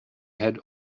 had